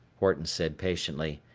horton said patiently,